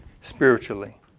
spiritually